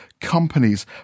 companies